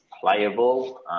playable